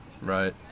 Right